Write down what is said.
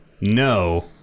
no